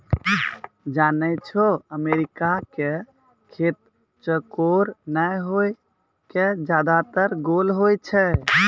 जानै छौ अमेरिका के खेत चौकोर नाय होय कॅ ज्यादातर गोल होय छै